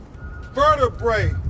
vertebrae